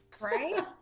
Right